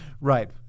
Right